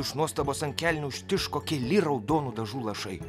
iš nuostabos ant kelnių užtiško keli raudonų dažų lašai